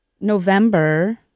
November